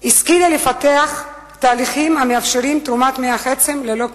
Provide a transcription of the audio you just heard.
והשכילה לפתח תהליכים המאפשרים תרומת מוח עצם ללא כאב.